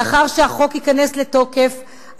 לאחר שהחוק ייכנס לתוקף,